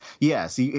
Yes